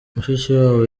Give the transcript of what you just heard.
mushikiwabo